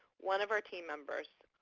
one of our team members,